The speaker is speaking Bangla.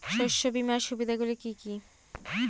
শস্য বিমার সুবিধাগুলি কি কি?